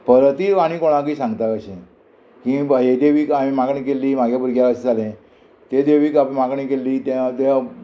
परतीय आनी कोणाकूय सांगता अशें की हे देवीक हांवें मागणी केल्ली म्हागे भुरग्याक आसताले तें देवीक आमी मागणी केल्ली त्या त्या